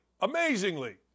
amazingly